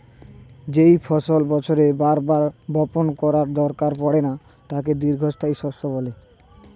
যেই ফসল বছরে বার বার বপণ করার দরকার পড়ে না তাকে দীর্ঘস্থায়ী শস্য বলে